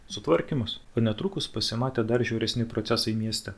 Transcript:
sutvarkymas o netrukus pasimatė dar žiauresni procesai mieste